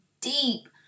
deep